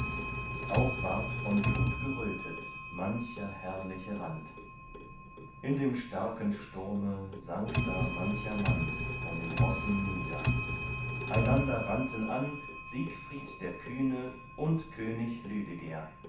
auch ward von blut gerötet mancher herrliche rand in dem starken sturme sank da mancher mann von den rossen nieder einander rannten an siegfried der kühne und könig